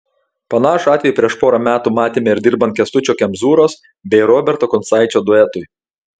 panašų atvejį prieš porą metų matėme ir dirbant kęstučio kemzūros bei roberto kuncaičio duetui